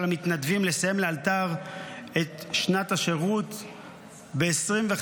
המתנדבים לסיים לאלתר את שנת השירות ב-25%.